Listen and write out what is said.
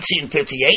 1958